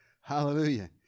Hallelujah